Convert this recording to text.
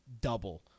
double